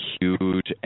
huge